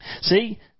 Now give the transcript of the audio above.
See